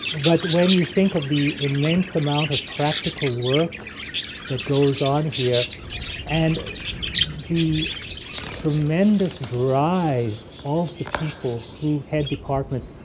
but when you think of the immense amount of practical work that goes on here and the tremendous drive of the people who head departments.